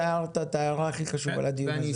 אתה הערת את ההערה הכי חשובה לדיון הזה,